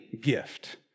gift